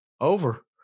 Over